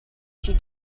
she